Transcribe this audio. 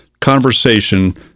conversation